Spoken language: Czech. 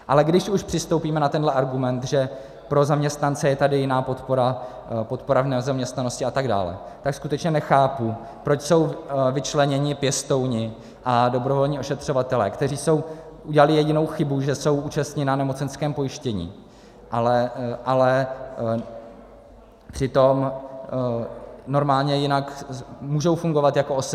Ale když už přistoupíme na tenhle argument, že pro zaměstnance je tady jiná podpora, podpora v nezaměstnanosti atd., tak skutečně nechápu, proč jsou vyčleněni pěstouni a dobrovolní ošetřovatelé, kteří udělali jedinou chybu, že jsou účastni na nemocenském pojištění, ale přitom normálně jinak můžou fungovat jako OSVČ.